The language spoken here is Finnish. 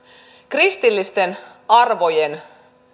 kristillisten arvojen